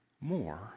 more